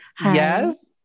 yes